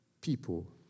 people